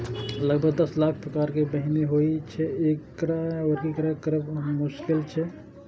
लगभग दस लाख प्रकारक बीहनि होइ छै, तें एकरा वर्गीकृत करब मोश्किल छै